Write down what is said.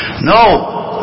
No